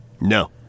No